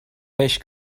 peix